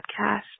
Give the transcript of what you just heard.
podcast